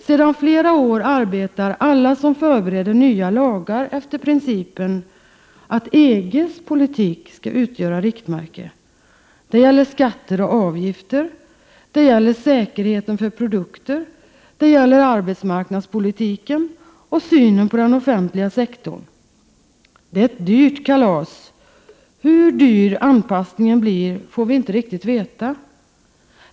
Sedan flera år arbetar alla som förbereder nya lagar efter principen att EG:s politik skall utgöra riktmärke. Det gäller skatter och avgifter. Det gäller säkerheten för produkter. Det gäller arbetsmarknadspolitiken och synen på den offentliga sektorn. Det är ett dyrt kalas — hur dyr anpassningen blir får vi inte riktigt veta.